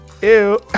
Ew